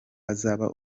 azaba